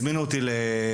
הזמינו אותי לטורניר,